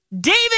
David